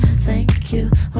thank you